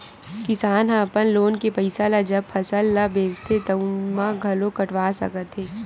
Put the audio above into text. किसान ह अपन लोन के पइसा ल जब फसल ल बेचथे तउने म घलो कटवा सकत हे